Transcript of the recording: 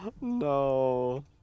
no